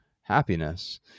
happiness